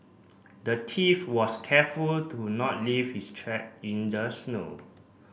the thief was careful to not leave his track in the snow